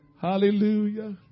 Hallelujah